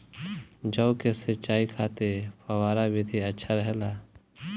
जौ के सिंचाई खातिर फव्वारा विधि अच्छा रहेला?